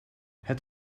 het